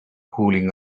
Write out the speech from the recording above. cooling